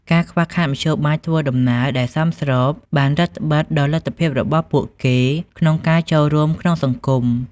ការខ្វះខាតមធ្យោបាយធ្វើដំណើរដែលសមស្របបានរឹតត្បិតដល់លទ្ធភាពរបស់ពួកគេក្នុងការចូលរួមក្នុងសង្គម។